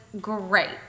great